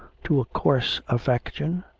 to a coarse affection,